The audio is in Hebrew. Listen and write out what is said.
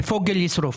הוא ימחק ופוגל ישרוף.